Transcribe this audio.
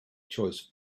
choice